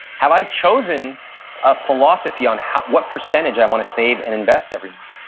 have i chosen a philosophy on what percentage i want to save and invest every month?